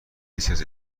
هیچکس